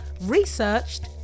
Researched